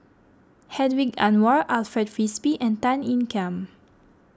Hedwig Anuar Alfred Frisby and Tan Ean Kiam